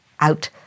out